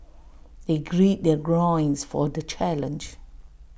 they grid their for the challenge